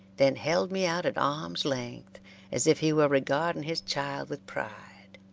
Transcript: then held me out at arms' length as if he were regarding his child with pride.